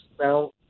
Now